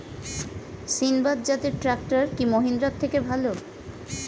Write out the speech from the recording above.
সিণবাদ জাতের ট্রাকটার কি মহিন্দ্রার থেকে ভালো?